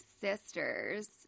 sisters